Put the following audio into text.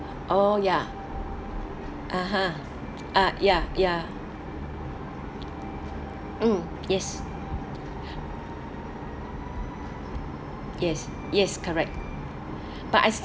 oh ya (uh huh) ah ya ya mm yes yes yes correct but I